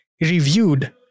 reviewed